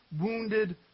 wounded